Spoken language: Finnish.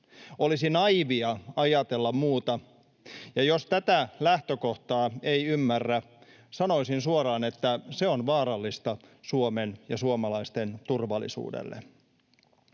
Olisi naiivia ajatella muuta. Ja jos tätä lähtökohtaa ei ymmärrä, sanoisin suoraan, että se on vaarallista Suomen ja suomalaisten turvallisuudelle.